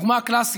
הדוגמה הקלאסית,